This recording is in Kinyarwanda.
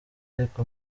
ariko